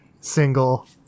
Single